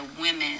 women